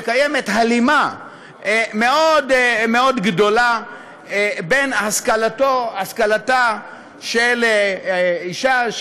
שקיימת הלימה גדולה מאוד מאוד בין השכלתה של אישה,